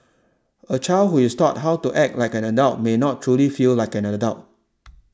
a child who is taught how to act like an adult may not truly feel like an adult